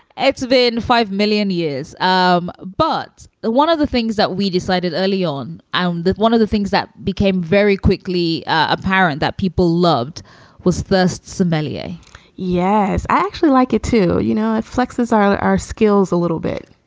it's been five million years. um but one of the things that we decided early on um and one of the things that became very quickly apparent that people loved was thirst somalia yes, i actually like it, too. you know, it flexes our like our skills a little bit,